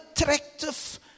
attractive